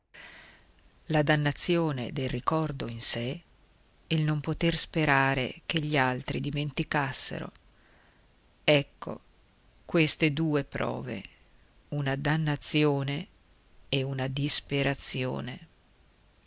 la dannazione del ricordo in sé e il non poter sperare che gli altri dimenticassero ecco queste due prove una dannazione e una disperazione